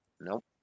Nope